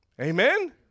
Amen